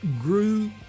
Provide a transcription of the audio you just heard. grew